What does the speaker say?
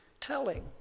telling